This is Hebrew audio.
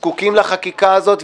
זקוקים לחקיקה הזאת.